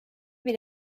bir